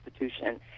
institution